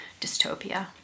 dystopia